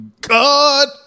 God